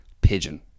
pigeon